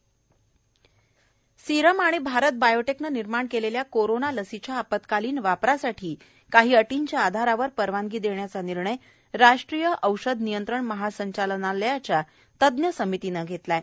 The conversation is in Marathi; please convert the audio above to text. सिरम आणि भारत बायोटेक सिरम आणि भारत बायोटेकनं निर्माण केलेल्या कोरोना लसीच्या आपत्कालीन वापरासाठी काही अटींच्या आधारे परवानगी देण्याचा निर्णय राष्ट्रीय औषध नियंत्रण महासंचालनालयाच्या तज्ञ समितिनं घेतला आहे